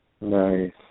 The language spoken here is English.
Nice